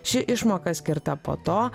ši išmoka skirta po to